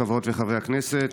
חברות וחברי הכנסת,